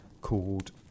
called